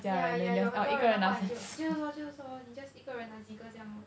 yeah yeah 有很多的话你就是说就是说你 just 一个人拿几个这样 lor